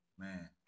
Man